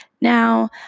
now